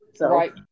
Right